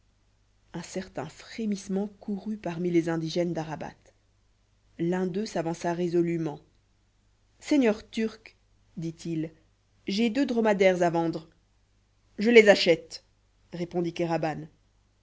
un certain frémissement courut parmi les indigènes d'arabat l'un d'eux s'avança résolument seigneur turc dit-il j'ai deux dromadaires à vendre je les achète répondit kéraban